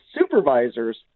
supervisors